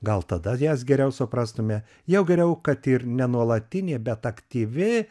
gal tada jas geriau suprastume jau geriau kad ir ne nuolatinė bet aktyvi